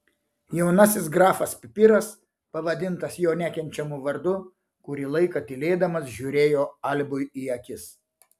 jaunasis grafas pipiras pavadintas jo nekenčiamu vardu kurį laiką tylėdamas žiūrėjo albui į akis